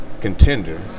contender